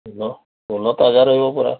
ଫୁଲ ଫୁଲ ତାଜା ରହିବ ପୁରା